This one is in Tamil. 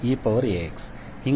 1fDeax1faeax இங்கு fa≠0